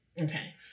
Okay